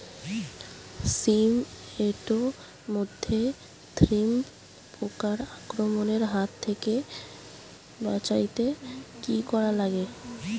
শিম এট মধ্যে থ্রিপ্স পোকার আক্রমণের হাত থাকি বাঁচাইতে কি করা লাগে?